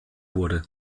wurde